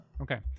Okay